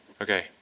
okay